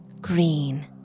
green